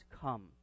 come